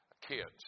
kids